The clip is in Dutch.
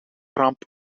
ramp